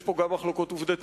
יש פה גם מחלוקות עובדתיות,